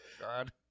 God